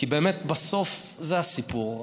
כי באמת בסוף זה הסיפור.